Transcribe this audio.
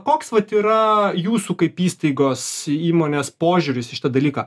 koks vat yra jūsų kaip įstaigos įmonės požiūris į šitą dalyką